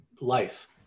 life